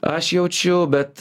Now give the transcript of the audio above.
aš jaučiu bet